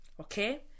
Okay